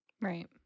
Right